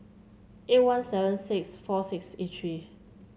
eight one seven six four six eight three